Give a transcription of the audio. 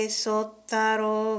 sotaro